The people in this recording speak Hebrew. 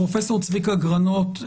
פרופ' צביקה גרנות,